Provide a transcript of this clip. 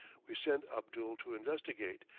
we send abdul to investigate,